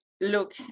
look